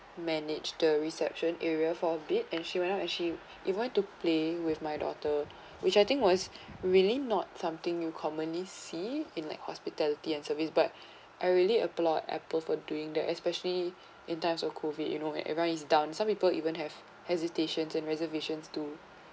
manage the reception area for a bit and she went up actually she want to play with my daughter which I think was really not something you commonly see in like hospitality and service but I really applaud apple for doing that especially in time of COVID you know and everyone is down some people even have hesitations and reservations to